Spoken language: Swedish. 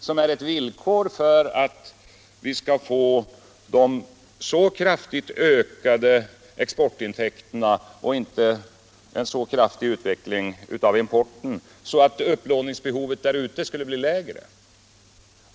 Den är ju ett villkor för att vi skall få så starkt ökade exportintäkter — och undgå en ökning av importen — att upplåningsbehovet utomlands blir lägre.